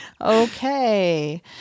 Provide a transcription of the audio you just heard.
Okay